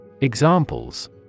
Examples